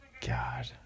God